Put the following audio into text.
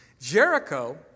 Jericho